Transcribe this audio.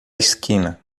esquina